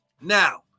Now